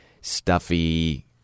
stuffy